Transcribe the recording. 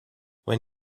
when